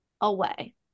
away